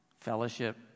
fellowship